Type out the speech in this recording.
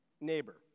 neighbor